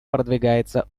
продвигается